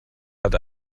hat